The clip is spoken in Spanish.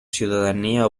ciudadanía